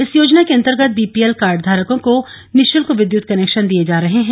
इस योजना के अंतर्गत बीपीएल कार्ड धारकों को निशुल्क विद्युत कनेक्शन दिये जा रहे है